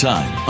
Time